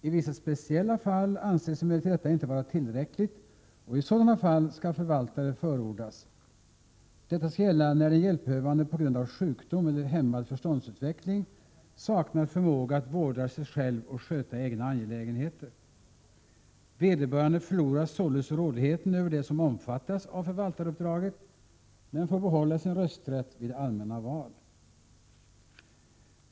I vissa speciella fall anses emellertid detta inte vara tillräckligt, och i sådana fall skall förvaltare förordnas. Detta skall gälla när den hjälpbehövande på grund av sjukdom eller hämmad förståndsutveckling saknar förmåga att vårda sig själv och sköta egna angelägenheter. Vederbörande förlorar således rådigheten över det som omfattas av förvaltaruppdraget men får behålla sin rösträtt vid allmänna val.